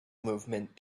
movement